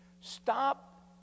stop